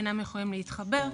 אינם יכולים להתחבר,